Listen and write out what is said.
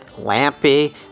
lampy